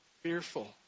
fearful